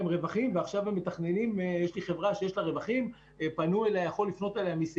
לכן בא המחוקק ומצא לנכון לתת כאן דיבידנד מוטב של